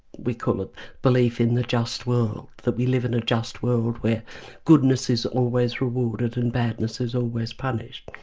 we call it belief in the just world, that we live in a just world where goodness is always rewarded and badness is always punished.